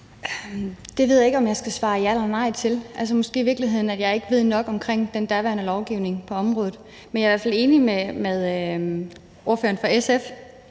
Det ved jeg ikke om jeg skal svare ja eller nej til. Jeg ved måske i virkeligheden ikke nok om den daværende lovgivning på området. Men jeg er i hvert fald enig med ordføreren for SF